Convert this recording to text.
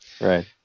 Right